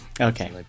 Okay